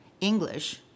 English